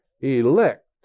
elect